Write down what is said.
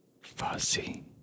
fuzzy